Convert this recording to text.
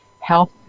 health